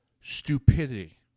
stupidity